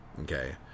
Okay